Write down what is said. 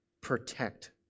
protect